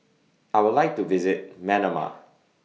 I Would like to visit Manama